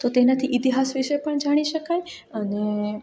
તો તેનાથી ઇતિહાસ વિશે પણ જાણી શકાય અને